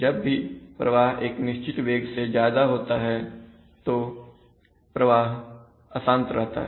जब भी प्रवाह एक निश्चित वेग से ज्यादा होता है तो प्रवाह अशांत रहता है